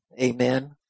Amen